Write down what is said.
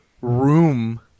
room